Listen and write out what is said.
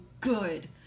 good